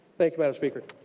thank you mme. and speaker.